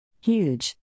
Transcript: Huge